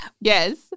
Yes